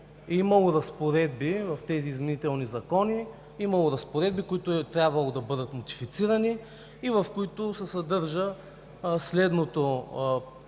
с тях изделия, в които изменителни закони е имало разпоредби, които е трябвало да бъдат нотифицирани и в които се съдържа следното